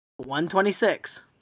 126